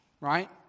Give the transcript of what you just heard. right